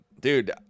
dude